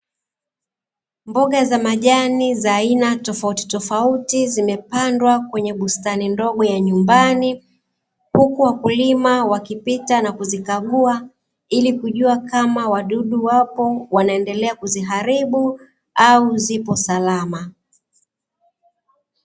Mboga za majani za aina tofautitofauti zimepandwa kwenye bustani ndogo ya nyumbani, huku wakulima wakipita na kuzikagua ili kujua kama wadudu wapo wanaendelea kuziharibu au zipo salama.